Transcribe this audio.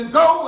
go